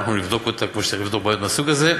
ואנחנו נבדוק אותה כמו שצריך לבדוק בעיות מהסוג הזה,